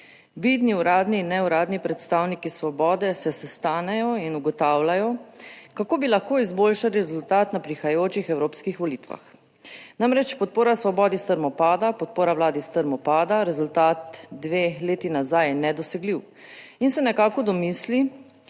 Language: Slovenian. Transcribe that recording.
Vidni uradni in neuradni predstavniki Svobode se sestanejo in ugotavljajo, kako bi lahko izboljšali rezultat na prihajajočih evropskih volitvah. Namreč podpora Svobodi strmo pada, podpora vladi strmo pada, rezultat dve leti nazaj je nedosegljiv in se nekako do misli,